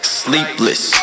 sleepless